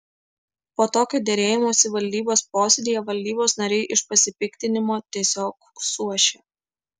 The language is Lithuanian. po tokio derėjimosi valdybos posėdyje valdybos nariai iš pasipiktinimo tiesiog suošė